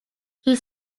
she